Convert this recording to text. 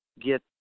get